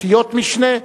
אותיות משנה,